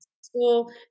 school